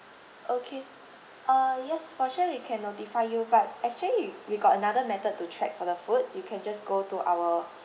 okay uh yes for sure we can notify you but actually we got another method to check for the food you can just go to our